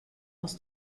aus